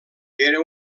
era